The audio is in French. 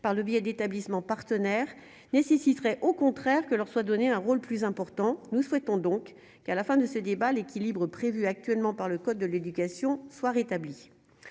par le biais d'établissements partenaires nécessiterait au contraire que leur soit donné un rôle plus important, nous souhaitons donc qu'à la fin de ce débat, l'équilibre prévu actuellement par le code de l'éducation soit rétablie,